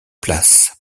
place